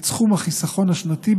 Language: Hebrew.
את סכום החיסכון השנתי,